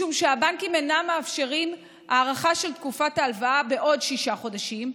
משום שהבנקים אינם מאפשרים הארכה של תקופת ההלוואה בעוד שישה חודשים,